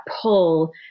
pull